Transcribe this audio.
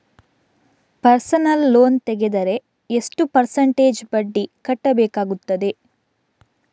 Personal loan ತೆಗೆದರೆ ಎಷ್ಟು percentage ಬಡ್ಡಿ ಕಟ್ಟಬೇಕಾಗುತ್ತದೆ?